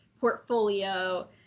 portfolio